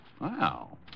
Wow